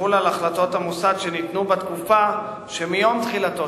יחול על החלטות המוסד שניתנו בתקופה שמיום תחילתו